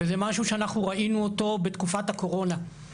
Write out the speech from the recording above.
וזה משהו שאנחנו ראינו אותו בתקופת הקורונה.